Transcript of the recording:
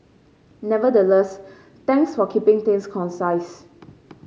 nevertheless thanks for keeping things concise